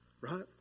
right